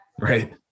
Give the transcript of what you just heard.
Right